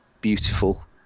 beautiful